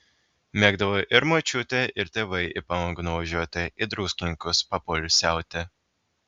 mėgdavo ir močiutė ir tėvai į palangą nuvažiuoti į druskininkus papoilsiauti